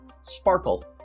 Sparkle